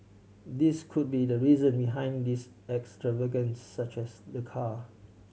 this could be the reason behind this extravagances such as the car